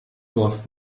dorf